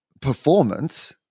performance